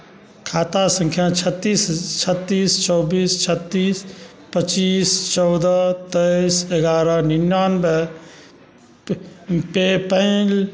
खाता सँख्या छत्तीस चौबिस छत्तीस पचीस चौदह तेइस एगारह निनानवे पेपैल